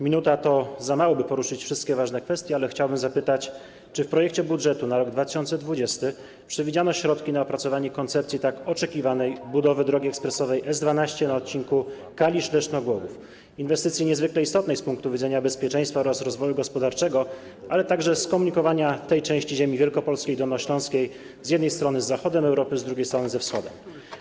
Minuta to za mało, by poruszyć wszystkie ważne kwestie, ale chciałbym zapytać, czy w projekcie budżetu na rok 2020 przewidziano środki na opracowanie koncepcji tak oczekiwanej budowy drogi ekspresowej S12 na odcinku Kalisz - Leszno - Głogów, inwestycji niezwykle istotnej z punktu widzenia bezpieczeństwa oraz rozwoju gospodarczego, ale także skomunikowania tej części ziemi wielkopolskiej i dolnośląskiej z jednej strony z zachodem Europy, a z drugiej strony ze wschodem.